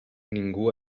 ningú